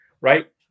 right